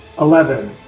eleven